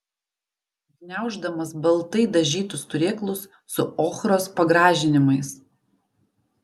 gniauždamas baltai dažytus turėklus su ochros pagražinimais